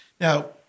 Now